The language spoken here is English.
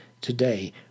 today